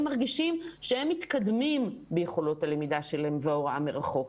מרגישים שהם מתקדמים ביכולות הלמידה שלהם וההוראה מרחוק.